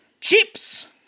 chips